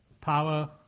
power